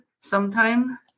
sometime